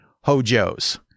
Hojo's